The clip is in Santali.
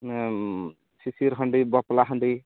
ᱥᱤᱥᱤᱨ ᱦᱟᱺᱰᱤ ᱵᱟᱯᱞᱟ ᱦᱟᱺᱰᱤ